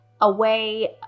away